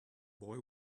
boy